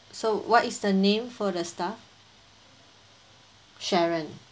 so what is the name for the staff sharon